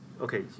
okay